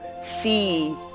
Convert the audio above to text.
see